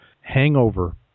hangover